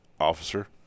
officer